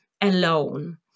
alone